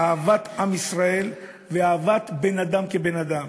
אהבת עם ישראל ואהבת בן-אדם כבן-אדם.